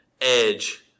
Edge